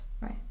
right